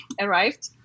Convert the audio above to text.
arrived